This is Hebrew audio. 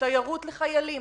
תיירות לחיילים,